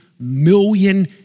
million